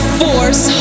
force